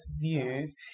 views